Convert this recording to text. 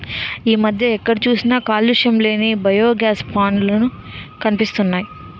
ఈ మధ్య ఎక్కడ చూసినా కాలుష్యం లేని బయోగాస్ ప్లాంట్ లే కనిపిస్తున్నాయ్